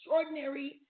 extraordinary